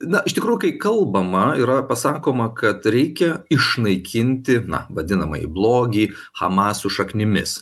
na iš tikrųjų kai kalbama yra pasakoma kad reikia išnaikinti na vadinamąjį blogį hamas su šaknimis